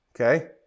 okay